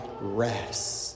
rest